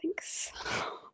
thanks